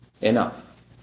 enough